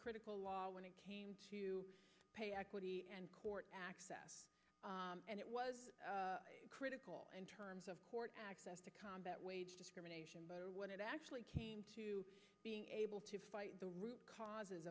critical law when it came to pay equity and court access and it was critical in terms of court access to combat wage discrimination but what it actually came to being able to fight the root causes